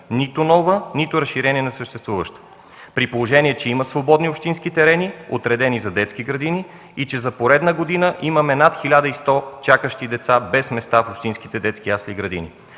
нито нова, нито разширение на съществуваща, при положение че има свободни общински терени, отредени за детски градини и че за поредна година имаме над 1100 чакащи деца без места в общинските детски ясли и градини.